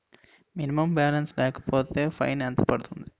Minimum balance లేకపోతే fine ఎంత పడుతుంది?